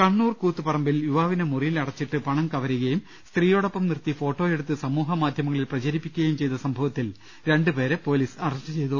കണ്ണൂർ കൂത്തുപറമ്പിൽ യുവാവിനെ മുറിയിൽ അടച്ചിട്ട് പണം കവരു കയും സ്ത്രീയോടൊപ്പം നിർത്തി ഫോട്ടോയെടുത്ത് സമൂഹമാധ്യമങ്ങളിൽ പ്രച രിപ്പിക്കുകയും ചെയ്ത സംഭവത്തിൽ രണ്ടുപേരെ പൊലീസ് അറസ്റ്റ് ചെയ്തു